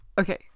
okay